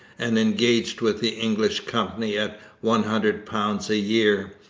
and engaged with the english company at one hundred pounds a year.